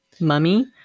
mummy